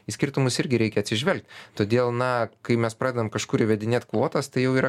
į skirtumus irgi reikia atsižvelgt todėl na kai mes pradedam kažkur įvedinėt kvotas tai jau yra